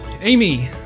Amy